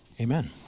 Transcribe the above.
Amen